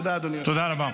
תודה, אדוני היושב-ראש.